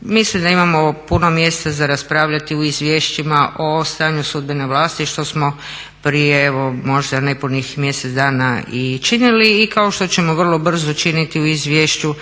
mislim da imao puno mjesta za raspravljati u Izvješćima o stanju sudbene vlasti što smo prije evo možda nepunih mjesec dana i činili i kako što ćemo vrlo brzo činiti u Izvješću